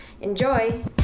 enjoy